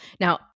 Now